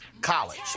college